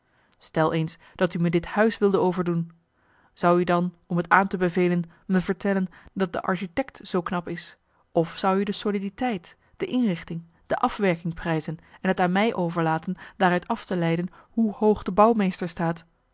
stel eens dat u me dit huis wilde overdoen zou u dan om t aan te bevelen me vertellen dat de architekt zoo knap is of zou u de soliditeit de inrichting de afwerking prijzen en t aan mij overlaten daaruit af te leiden hoe hoog de bouwmeester staat